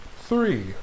Three